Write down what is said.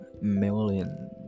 million